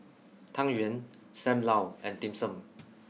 Tang Yuan Sam Lau and Dim Sum